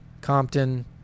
compton